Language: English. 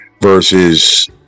versus